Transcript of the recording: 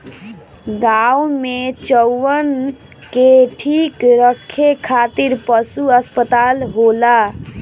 गाँव में चउवन के ठीक रखे खातिर पशु अस्पताल होला